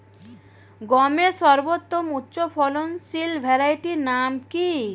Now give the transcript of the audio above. গমের সর্বোত্তম উচ্চফলনশীল ভ্যারাইটি নাম কি?